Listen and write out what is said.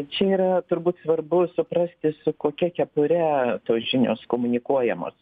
čia yra turbūt svarbu suprasti su kokia kepure tos žinios komunikuojamos